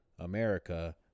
America